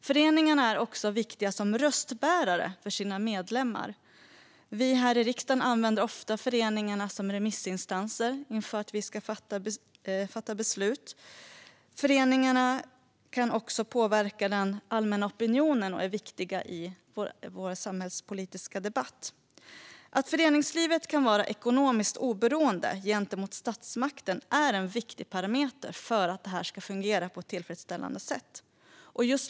Föreningarna är också viktiga som röstbärare för sina medlemmar. Vi här i riksdagen använder ofta föreningarna som remissinstanser inför att vi ska fatta beslut. Föreningarna kan också påverka den allmänna opinionen och är viktiga i vår samhällspolitiska debatt. Att föreningslivet kan vara ekonomiskt oberoende gentemot statsmakten är en viktig parameter för att detta ska fungera på ett tillfredsställande sätt.